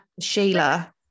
sheila